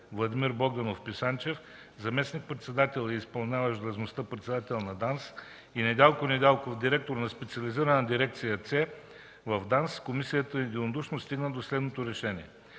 Владимир Богданов Писанчев – заместник-председател и изпълняващ длъжността „председател на ДАНС”, и Недялко Недялков – директор на специализирана дирекция „Ц” в ДАНС, комисията единодушно стигна до следното решение: